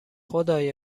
خدای